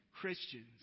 Christians